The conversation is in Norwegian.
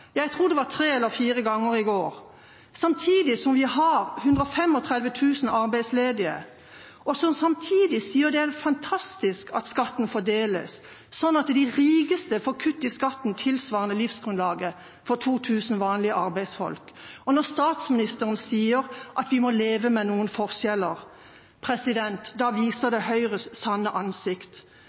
jeg tror det var tre eller fire ganger i går – samtidig som vi har 135 000 arbeidsledige, og som samtidig sier det er fantastisk at skatten fordeles slik at de rikeste får kutt i skatten tilsvarende livsgrunnlaget for 2 000 vanlige arbeidsfolk, og når statsministeren sier at vi må leve med noen forskjeller, da viser det Høyres sanne ansikt.